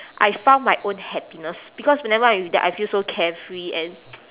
I found my own happiness because whenever I am with them I feel so carefree and